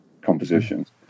compositions